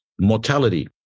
mortality